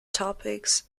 topics